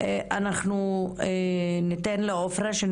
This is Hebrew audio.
אנחנו ניתן לעופרה מ'מאמאנט',